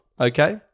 Okay